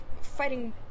Fighting